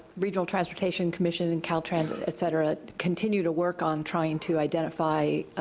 regional transportation commission, and cal transit, et cetera, continue to work on trying to identify